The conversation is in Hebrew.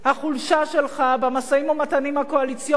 החולשה שלך במשאים-ומתנים הקואליציוניים